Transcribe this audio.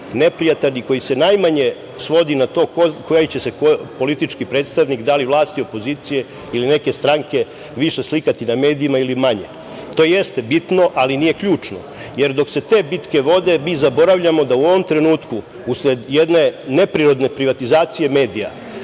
neprijatan i koji se najmanje svodi na to koliko će se koji politički predstavnik, dali vlasti ili opozicije ili neke stranke više slikati na medijima ili manje. To jeste bitno, ali nije ključno. Dok se te bitke vode mi zaboravljamo da u ovom trenutku usled jedne neprirodne privatizacije medija